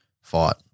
fight